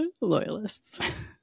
loyalists